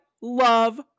love